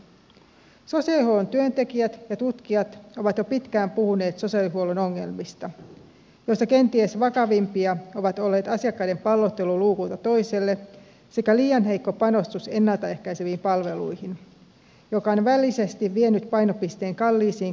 sosiaalihuollon työntekijät ja tutkijat ovat jo pitkään puhuneet sosiaalihuollon ongelmista joista kenties vakavimpia ovat olleet asiakkaiden pallottelu luukulta toiselle sekä liian heikko panostus ennalta ehkäiseviin palveluihin joka on välillisesti vienyt painopisteen kalliisiin korjaaviin toimenpiteisiin